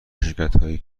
شرکتهایی